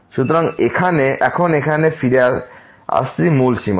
সুতরাং এখন এখানে ফিরে আসছি মূল সীমাতে